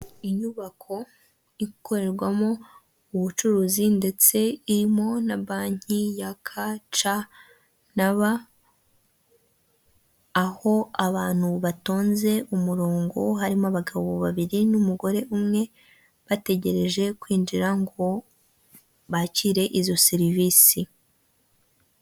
Inyubako ikorerwamo ubucuruzi ndetse irimo na banki ya ka ca na b aho abantu batonze umurongo harimo abagabo babiri n'umugore umwe bategereje kwinjira ngo bakire izo serivisi.